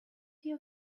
your